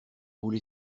roulé